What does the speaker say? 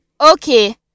Okay